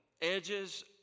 edges